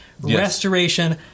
restoration